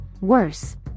Worse